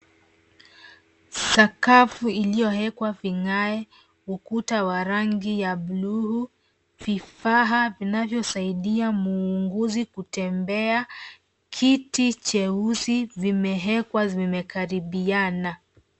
Sakafu iliyoekwa vigae, ukuta wa rangi ya bluu, vifaa vinavyosaidia muuguzi kutembea, kiti cheusi vimeekwa vimekaribiana.